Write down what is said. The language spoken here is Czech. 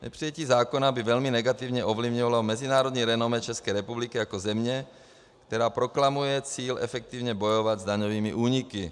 Nepřijetí zákona by velmi negativně ovlivnilo mezinárodní renomé ČR jako země, která proklamuje cíl efektivně bojovat s daňovými úniky.